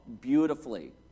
beautifully